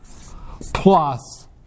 plus